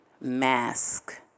Mask